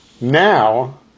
now